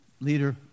leader